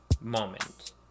moment